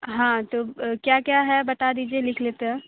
हाँ तो क्या क्या है बता दीजिए लिख लेते हैं